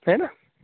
है ना